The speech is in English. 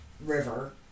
river